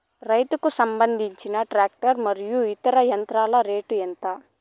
రైతుకు సంబంధించిన టాక్టర్ మరియు ఇతర యంత్రాల రేటు ఎంత?